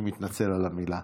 אני מתנצל על המילה,